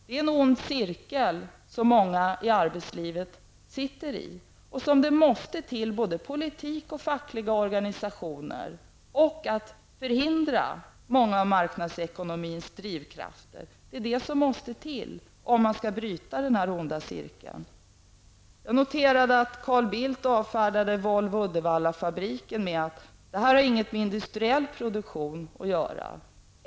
Det är en ond cirkel som många i arbetslivet sitter i, och det måste till både politik och fackliga organisationer samt förhindrande av effekterna av många av marknadsekonomins drivkrafter för att man skall kunna bryta denna onda cirkel. Jag noterade att Carl Bildt avfärdat Volvos Uddevallafabrik med att den inte har något med industriell produktion att göra.